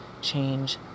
change